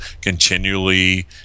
continually